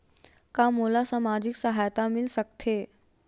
का मोला सामाजिक सहायता मिल सकथे?